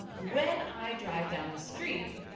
when i drive down the street,